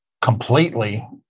completely